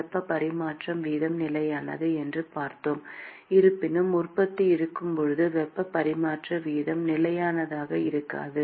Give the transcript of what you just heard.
வெப்ப பரிமாற்ற வீதம் நிலையானது என்று பார்த்தோம் இருப்பினும் உற்பத்தி இருக்கும்போது வெப்ப பரிமாற்ற வீதம் நிலையானதாக இருக்காது